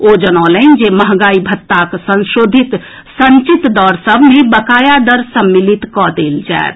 ओ जनौलनि जे महंगाई भत्ताक संशोधित संचित दर सभ मे बकाया दर सम्मिलित कऽ देल जाएत